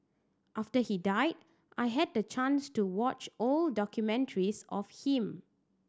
after he died I had the chance to watch old documentaries of him